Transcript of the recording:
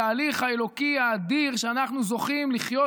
התהליך האלוקי האדיר שאנחנו זוכים לחיות